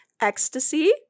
Ecstasy